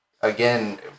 again